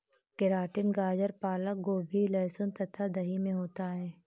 keratin गाजर पालक गोभी लहसुन तथा दही में होता है